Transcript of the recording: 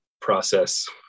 process